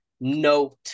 note